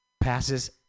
passes